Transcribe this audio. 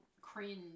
cringe